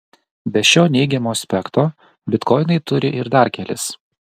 be šio neigiamo aspekto bitkoinai turi ir dar kelis